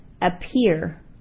appear